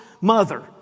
mother